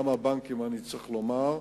גם הבנקים, אני צריך לומר,